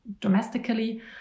domestically